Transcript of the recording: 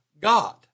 God